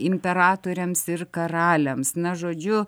imperatoriams ir karaliams na žodžiu